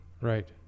right